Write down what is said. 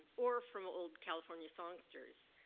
or from old california songsters.